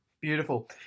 Beautiful